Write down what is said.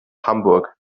hamburg